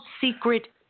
secret